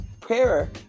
Prayer